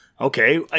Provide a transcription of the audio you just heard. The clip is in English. Okay